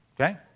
Okay